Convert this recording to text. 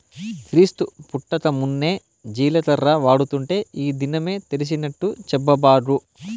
క్రీస్తు పుట్టకమున్నే జీలకర్ర వాడుతుంటే ఈ దినమే తెలిసినట్టు చెప్పబాకు